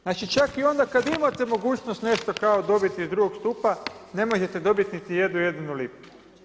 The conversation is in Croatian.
Znači čak i onda kad imate mogućnost nešto kao dobiti iz drugog stupa ne možete dobit niti jednu jedinu lipu.